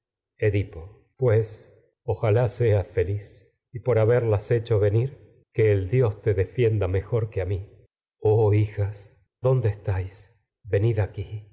edipo pues ojalá seas feliz y por haberlas hecho venir que el dios te defienda mejor que a mí oh hijas dónde estáis venid hermanas aquí